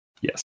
Yes